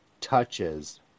touches